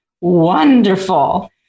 wonderful